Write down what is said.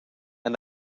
and